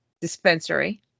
dispensary